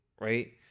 right